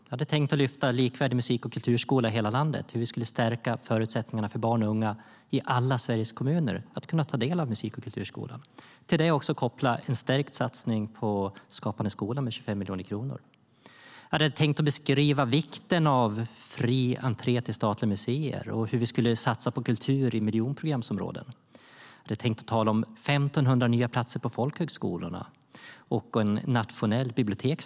Jag hade tänkt tala om likvärdig musik och kulturskola i hela landet och hur vi skulle stärka förutsättningarna för barn och unga i alla Sveriges kommuner att kunna ta del av musik och kulturskolan. Till det tänkte jag koppla en stärkt satsning på Skapande skola med 25 miljarder kronor. Jag hade tänkt beskriva vikten av fri entré till statliga museer och hur vi skulle satsa på kultur i miljonprogramsområden. Jag hade tänkt tala om 1 500 nya platser på folkhögskolorna och en nationell biblioteksstrategi.